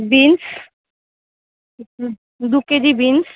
beans দু KG beans